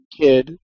kid